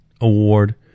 award